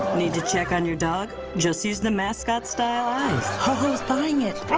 need to check on your dog? just use the mascot-style eyes. ho-ho's buying it. i